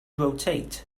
rotate